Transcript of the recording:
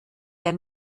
der